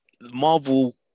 Marvel